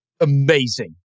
amazing